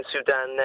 Sudan